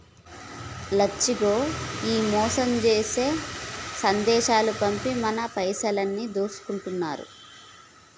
లచ్చిగో ఈ మోసం జేసే సందేశాలు పంపి మన పైసలన్నీ దోసుకుంటారు